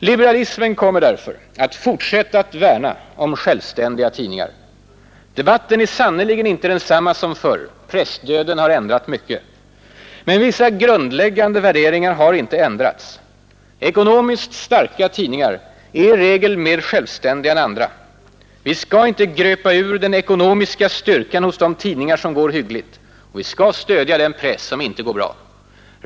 Liberalismen kommer därför att fortsätta att värna om självständiga tidningar. Debatten är sannerligen inte densamma som förr — pressdöden har ändrat mycket. Men vissa grundläggande värderingar har inte ändrats. Ekonomiskt starka tidningar är i regel mer självständiga än andra. Vi skall inte gröpa ur den ekonomiska styrkan hos de tidningar som går hyggligt, och vi skall stödja den press som inte går bra.